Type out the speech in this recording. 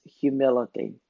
humility